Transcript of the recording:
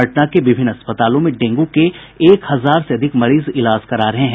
पटना के विभिन्न अस्पतालों में डेंगू के एक हजार से अधिक मरीज इलाज करा रहे हैं